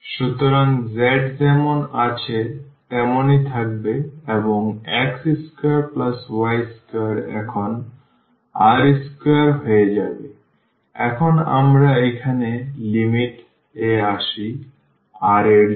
সুতরাং z যেমন আছে তেমনি থাকবে এবং x2y2 এখন r2 হয়ে যাবে এখন আমরা এখানে লিমিট এ আসি r এর জন্য